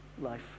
life